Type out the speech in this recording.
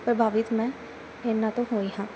ਪ੍ਰਭਾਵਿਤ ਮੈਂ ਇਹਨਾਂ ਤੋਂ ਹੋਈ ਹਾਂ